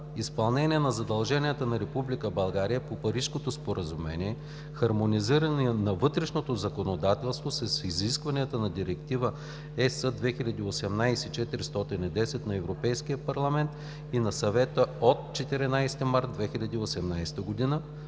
изпълнение на задълженията на Република България по Парижкото споразумение, хармонизиране на вътрешното законодателство с изискванията на Директива (ЕС) 2018/410 на Европейския парламент и на Съвета от 14 март 2018 г.,